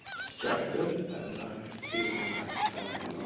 distracted. and i'm feeling like i'm